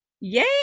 Yay